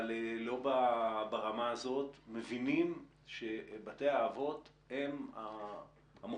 אבל לא ברמה הזאת מבינים שבתי האבות הם המוקד.